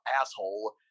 asshole